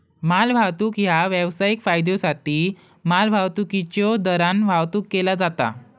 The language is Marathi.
मालवाहतूक ह्या व्यावसायिक फायद्योसाठी मालवाहतुकीच्यो दरान वाहतुक केला जाता